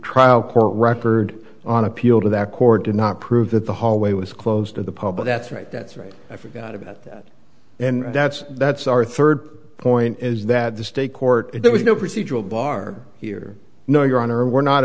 trial court record on appeal to that court did not prove that the hallway was closed to the public that's right that's right i forgot about that and that's that's our third point is that the state court it was no procedural bar here no your honor we're not